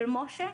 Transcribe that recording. של מש"ה,